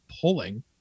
pulling